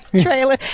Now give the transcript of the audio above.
trailer